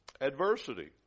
Adversity